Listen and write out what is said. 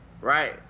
right